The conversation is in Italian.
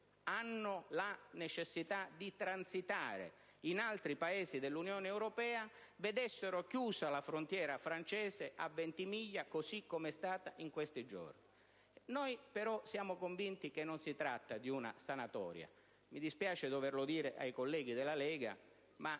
hanno la necessità di transitare in altri Paesi dell'Unione europea, vedessero chiusa la frontiera francese a Ventimiglia, così come è stato in questi giorni. Però, siamo convinti che non si tratti di una sanatoria - mi dispiace doverlo dire ai colleghi della Lega - ma